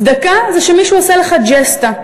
צדקה זה שמישהו עושה לך ג'סטה,